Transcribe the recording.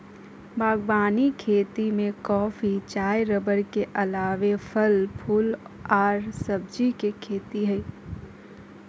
बागवानी खेती में कॉफी, चाय रबड़ के अलावे फल, फूल आर सब्जी के खेती हई